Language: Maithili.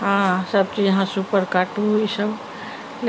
हँ सब चीज हाँसू पर काटू इसब